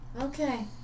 Okay